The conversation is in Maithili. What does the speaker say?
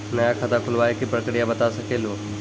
नया खाता खुलवाए के प्रक्रिया बता सके लू?